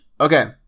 Okay